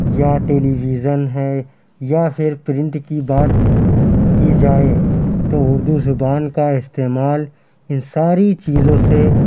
یا television ہے یا پھر پرنٹ کی بات کی جائے تو اُردو زبان کا استعمال اِن ساری چیزوں سے